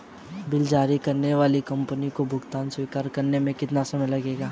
Bill जारी करने वाली कंपनी को भुगतान स्वीकार करने में कितना समय लगेगा?